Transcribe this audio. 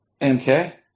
MK